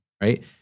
right